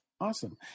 Awesome